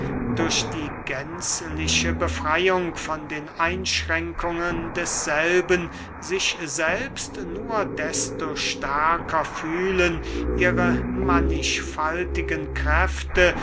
durch die gänzliche befreyung von den einschränkungen desselben sich selbst nur desto stärker fühlen ihre mannigfaltigen kräfte